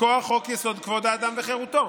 מכוח חוק-יסוד: כבוד האדם וחירותו,